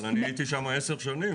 אבל אני הייתי שמה עשר שנים,